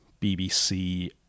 BBC